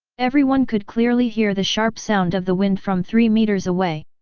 everyone could clearly hear the sharp sound of the wind from three meters away.